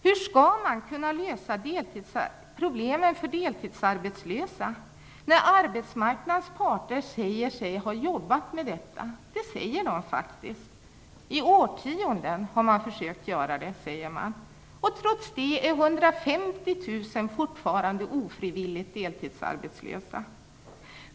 Hur skall problemen för deltidsarbetslösa lösas när arbetsmarknadens parter säger sig ha jobbat med problemen? De säger att de har arbetat med problemen i årtionden. Trots det är 150 000 fortfarande ofrivilligt deltidsarbetslösa.